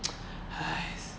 !hais!